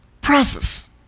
process